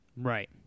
Right